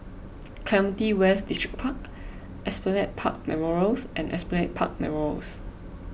Clementi West Distripark Esplanade Park Memorials and Esplanade Park Memorials